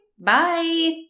Bye